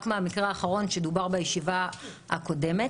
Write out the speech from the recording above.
במקרה האחרון שדובר בו בישיבה הקודמת,